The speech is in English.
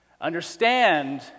Understand